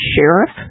sheriff